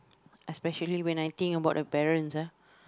especially when I think about the parents ah